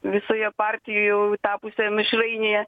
visoje partijų tapusioj mišrainėje